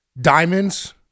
Diamonds